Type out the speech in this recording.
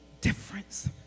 difference